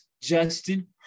Justin